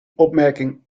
opmerking